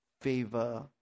favor